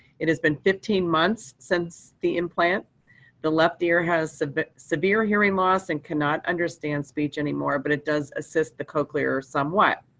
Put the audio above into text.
it has been fifteen months since the implant in the left ear, has severe hearing loss and cannot understand speech anymore but it does assist the cochlear somewhat.